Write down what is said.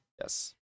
Yes